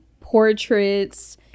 portraits